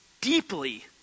deeply